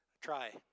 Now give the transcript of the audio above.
Try